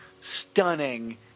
stunning